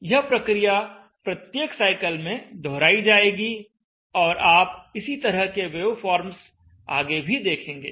यह प्रक्रिया प्रत्येक साइकल में दोहराई जाएगी और आप इसी तरह के वेवफॉर्म्स आगे भी देखेंगे